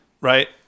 right